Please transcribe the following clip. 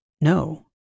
No